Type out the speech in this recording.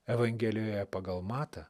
evangelijoje pagal matą